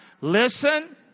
Listen